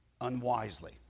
unwisely